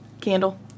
candle